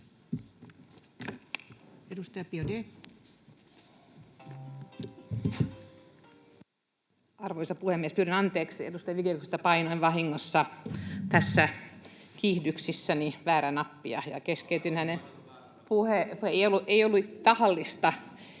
Arvoisa puhemies! Pyydän anteeksi edustaja Vigeliukselta. Painoin vahingossa tässä kiihdyksissäni väärää nappia ja keskeytin hänen puheensa.